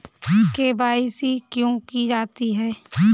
KYC क्यों की जाती है?